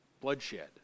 Bloodshed